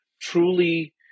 truly